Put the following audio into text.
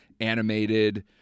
animated